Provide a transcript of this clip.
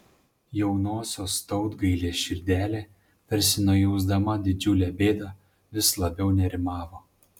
jaunosios tautgailės širdelė tarsi nujausdama didžiulę bėdą vis labiau nerimavo